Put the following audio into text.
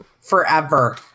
forever